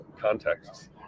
contexts